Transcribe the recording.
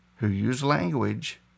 language